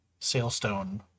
sailstone